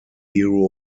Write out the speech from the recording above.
hero